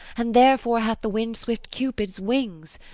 and therefore hath the wind-swift cupid wings.